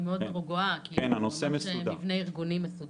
מאוד רגועה כי --- מבנה ארגוני מסודר.